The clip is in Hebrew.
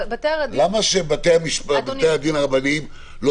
בתי הדין --- למה שבתי הדין הרבניים לא